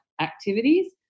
activities